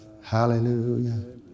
Hallelujah